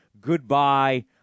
goodbye